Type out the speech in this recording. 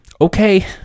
Okay